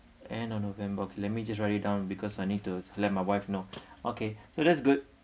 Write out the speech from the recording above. end of november okay let me just write it down because I need to let my wife know okay so that's good